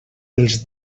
els